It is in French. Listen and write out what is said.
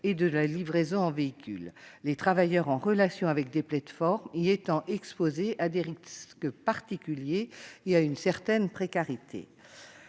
et de la livraison en véhicule, les travailleurs en relation avec des plateformes y étant exposés à des risques particuliers et à une certaine précarité.